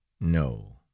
NO